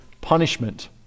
punishment